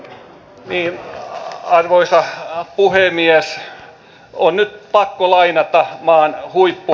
on nyt pakko lainata maan huippuasiantuntijoita